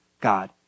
God